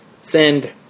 Send